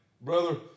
Brother